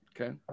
Okay